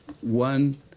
one